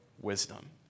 wisdom